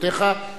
השאלה הבאה,